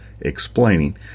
explaining